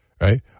Right